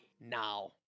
now